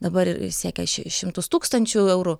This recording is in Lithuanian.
dabar siekia ši šimtus tūkstančių eurų